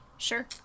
Sure